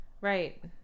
right